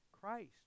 Christ